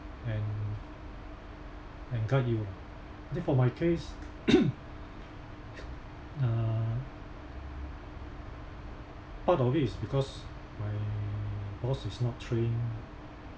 and and guide you ah that for my case uh part of it is because my boss is not trained